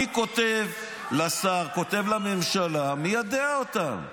אני כותב לשר, כותב לממשלה, מיידע אותם.